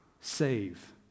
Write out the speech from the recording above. save